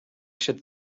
should